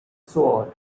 sword